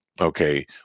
okay